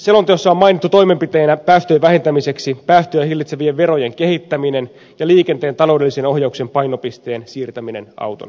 selonteossa on mainittu toimenpiteenä päästöjen vähentämiseksi päästöjä hillitsevien verojen kehittäminen ja liikenteen taloudellisen ohjauksen painopisteen siirtäminen auton käyttöön